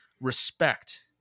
respect